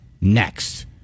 next